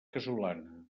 casolana